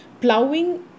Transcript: Plowing